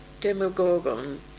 Demogorgon